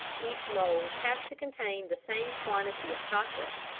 each mould has to contain the same quantity of chocolate.